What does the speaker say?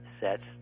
sets